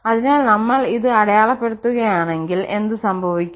അതിനാൽ നമ്മൾ ഇത് അടയാളപ്പെടുത്തുകയാണെങ്കിൽ എന്ത് സംഭവിക്കും